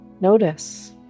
notice